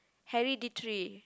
hereditary